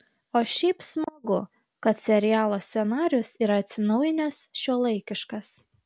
o šiaip smagu kad serialo scenarijus yra atsinaujinęs šiuolaikiškas